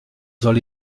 soll